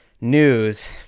news